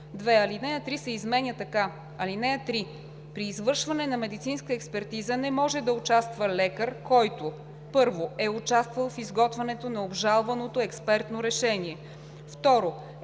2. Алинея 3 се изменя така: „(3) При извършване на медицинска експертиза не може да участва лекар, който: 1. е участвал в изготвянето на обжалваното експертно решение; 2.